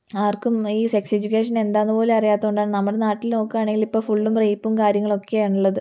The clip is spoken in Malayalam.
ആർക്കും ഈ സെക്സ് എഡ്യൂക്കേഷൻ എന്താന്ന് പോലും അറിയാത്തതു കൊണ്ടാണ് നമ്മുടെ നാട്ടിൽ നോക്കുകയാണെങ്കില് ഇപ്പോൾ ഫുള്ളും റേപ്പും കാര്യങ്ങളുമൊക്കെയാണുള്ളത്